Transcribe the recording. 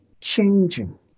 changing